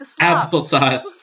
applesauce